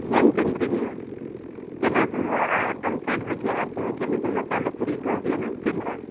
ಏನು ತಿಂದರಿ ನೀವು ಏನಾದರು ಔಟ್ ಸೈಡ್ ಹೋಗಿ ಆಚೆ ಹೋಗಿ ಏನಾದರು ಮಸಾಲೆ ಪುರಿ ಗೋಬಿ ಏನಾದರು ತಿಂದರಾ